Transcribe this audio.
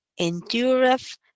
endureth